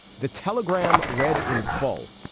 the telegram read in full.